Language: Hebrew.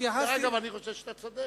אגב, אני חושב שאתה צודק.